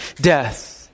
death